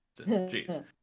Jeez